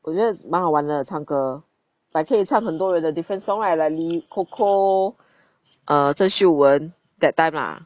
我觉得蛮好玩的唱歌 like 可以唱很多人的 different song right like 李 coco uh 郑秀文 that time lah